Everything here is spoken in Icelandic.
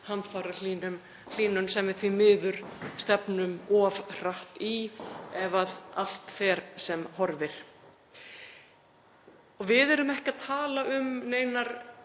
hamfarahlýnun sem við því miður við stefnum of hratt í ef allt fer sem horfir. Við erum ekki að tala um neinar